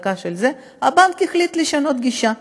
הבנק החליט לשנות גישה.